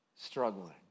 struggling